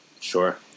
sure